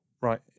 right